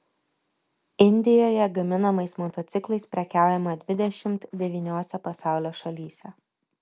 indijoje gaminamais motociklais prekiaujama dvidešimt devyniose pasaulio šalyse